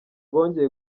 bongeye